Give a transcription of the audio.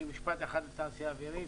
משפט אחד לתעשייה האווירית